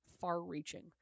far-reaching